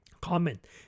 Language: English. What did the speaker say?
Comment